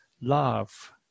love